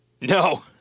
No